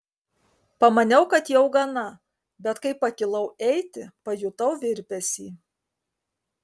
pamaniau kad jau gana bet kai pakilau eiti pajutau virpesį